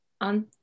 On